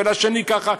ולשני ככה.